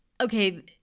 Okay